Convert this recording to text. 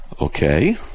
Okay